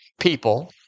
people